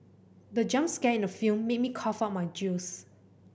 the jump scare in the film made me cough out my juice